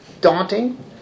daunting